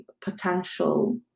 potential